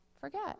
forget